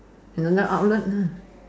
another outlet lah